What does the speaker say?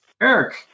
Eric